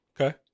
Okay